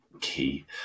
key